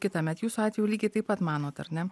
kitąmet jūsų atveju lygiai taip pat manot ar ne